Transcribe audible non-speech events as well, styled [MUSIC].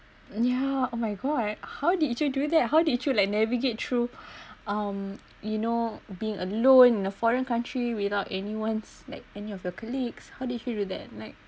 ya oh my god how did you do that how did you like navigate through [BREATH] um you know being alone in a foreign country without anyone like any of your colleagues how did you do that like